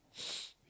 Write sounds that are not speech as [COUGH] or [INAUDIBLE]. [NOISE]